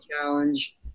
challenge